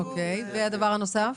והדבר הנוסף?